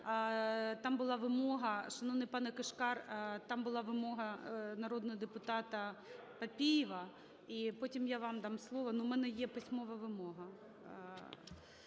Там була вимога, шановний пане Кишкар, там була вимога народного депутата Папієва, і потім я вам дам слово. Ну, у мене є письмова вимога.